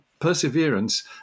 Perseverance